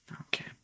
Okay